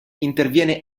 interviene